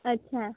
अच्छा